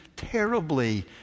terribly